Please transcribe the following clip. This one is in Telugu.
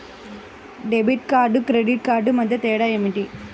డెబిట్ కార్డుకు క్రెడిట్ కార్డుకు మధ్య తేడా ఏమిటీ?